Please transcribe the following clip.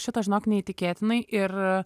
šito žinok neįtikėtinai ir